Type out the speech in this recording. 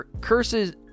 curses